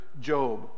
Job